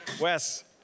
Wes